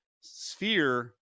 Sphere